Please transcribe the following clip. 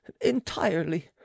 entirely